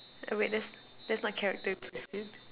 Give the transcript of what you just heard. oh wait that that's not character